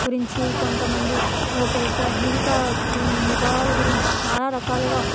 గురించి కొంతమంది ఒక్కొక్క జీవితభావాల గురించి చాలా రకాలుగా